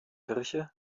kirche